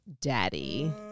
Daddy